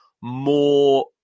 more